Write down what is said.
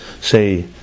say